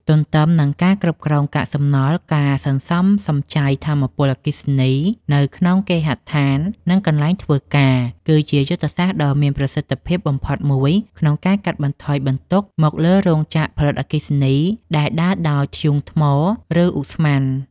ទន្ទឹមនឹងការគ្រប់គ្រងកាកសំណល់ ការសន្សំសំចៃថាមពលអគ្គិសនីនៅក្នុងគេហដ្ឋាន និងកន្លែងធ្វើការ គឺជាយុទ្ធសាស្ត្រដ៏មានប្រសិទ្ធភាពបំផុតមួយក្នុងការកាត់បន្ថយបន្ទុកមកលើរោងចក្រផលិតអគ្គិសនីដែលដើរដោយធ្យូងថ្ម ឬឧស្ម័ន។